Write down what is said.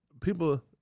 People